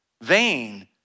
vain